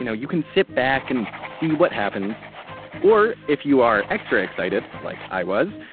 you know, you can sit back and see what happens or if you are extra excited like i was,